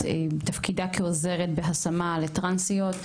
תפקידה כעוזרת בהשמה לטרנסיות.